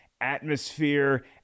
atmosphere